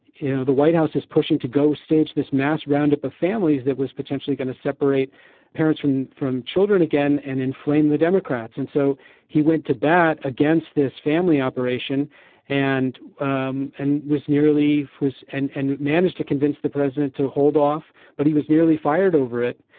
you know the white house is pushing to go staged this mass roundup of ah families that was potentially going to separate parents from from children again and inflame the democrats and so he went to bat against this family operation and um and was nearly was and and managed to convince the president to hold off. but he was nearly fired over it.